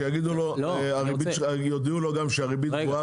שיודיעו לו שהריבית גבוהה,